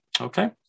Okay